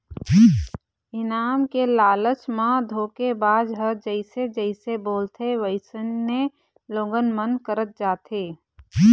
इनाम के लालच म धोखेबाज ह जइसे जइसे बोलथे वइसने लोगन मन करत जाथे